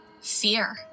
fear